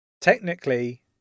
technically